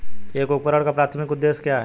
एक उपकरण का प्राथमिक उद्देश्य क्या है?